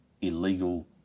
illegal